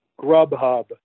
Grubhub